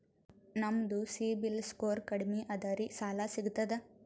ನಮ್ದು ಸಿಬಿಲ್ ಸ್ಕೋರ್ ಕಡಿಮಿ ಅದರಿ ಸಾಲಾ ಸಿಗ್ತದ?